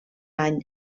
any